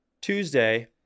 Tuesday